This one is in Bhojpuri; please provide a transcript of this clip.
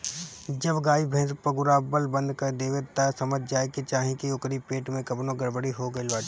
जब गाई भैस पगुरावल बंद कर देवे तअ समझ जाए के चाही की ओकरी पेट में कवनो गड़बड़ी हो गईल बाटे